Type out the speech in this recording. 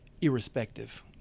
irrespective